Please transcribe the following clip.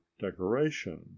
decoration